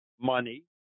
money